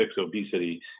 obesity